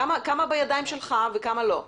כמה בידיים שלך וכמה לא.